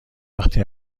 وقتی